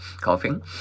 coughing